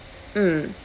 mm